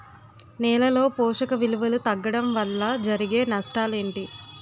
నేలలో పోషక విలువలు తగ్గడం వల్ల జరిగే నష్టాలేంటి?